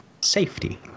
safety